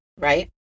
right